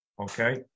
okay